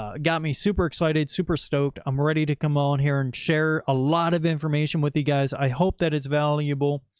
ah got me super excited, super stoked. i'm ready to come on here and share a lot of information with you guys. i hope that it's valuable.